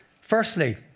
Firstly